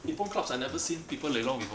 Epon clubs I've never seen people ley long before [one]